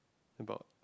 about